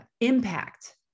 impact